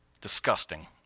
disgusting